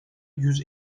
yüz